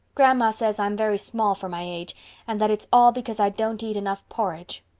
grandma says i'm very small for my age and that it's all because i don't eat enough porridge.